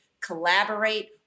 collaborate